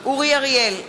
אורי אריאל,